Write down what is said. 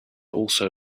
also